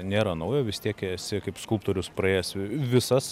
nėra naujo vis tiek esi kaip skulptorius praėjęs visas